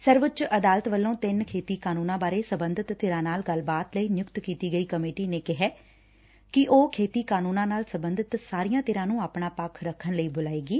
ਸਰਵਉੱਚ ਅਦਾਲਤ ਵੱਲੋਂ ਤਿੰਨ ਖੇਤੀ ਕਾਨੁੰਨਾਂ ਬਾਰੇ ਸਬੰਧਤ ਧਿਰਾਂ ਨਾਲ ਗੱਲਬਾਤ ਲਈ ਨਿਯੁਕਤ ਕੀਤੀ ਗਈ ਕਮੇਟੀ ਨੇ ਕਿਹਾ ਕਿ ਉਹ ਖੇਤੀ ਕਾਨੂੰਨਾਂ ਨਾਲ ਸਬੰਧਤ ਸਾਰੀਆਂ ਧਿਰਾਂ ਨੂੰ ਆਪਣਾ ਪੱਖ ਰੱਖਣ ਲਈ ਬੁਲਾਏਗੀ